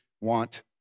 want